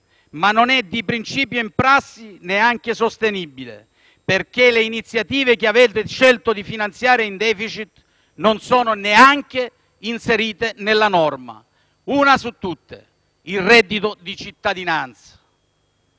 in linea di principio e in prassi neanche sostenibile, perché le iniziative che avete scelto di finanziare in *deficit* non sono neanche inserite nella norma. Una su tutte: il reddito di cittadinanza.